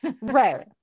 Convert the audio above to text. Right